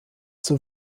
zur